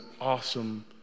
awesome